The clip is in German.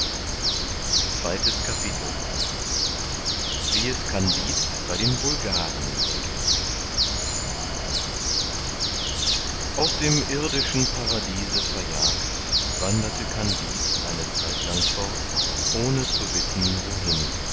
zweites kapitel wie es kandid bei den bulgaren erging aus dem irdischen paradiese verjagt wanderte kandid eine zeitlang fort ohne zu wissen wohin